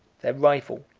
their rival,